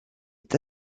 est